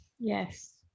yes